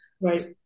Right